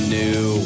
new